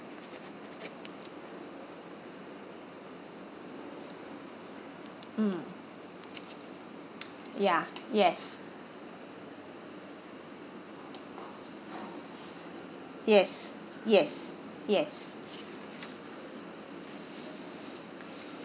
mm ya yes yes yes yes